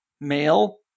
male